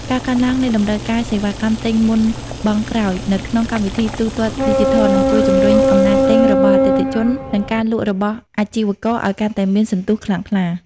ការកើនឡើងនៃតម្រូវការសេវាកម្មទិញមុនបង់ក្រោយ នៅក្នុងកម្មវិធីទូទាត់ឌីជីថល នឹងជួយជម្រុញអំណាចទិញរបស់អតិថិជន និងការលក់របស់អាជីវករឱ្យកាន់តែមានសន្ទុះខ្លាំងក្លា។